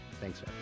Thanks